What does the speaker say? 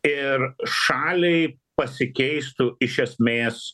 ir šaliai pasikeistų iš esmės